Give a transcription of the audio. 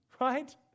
right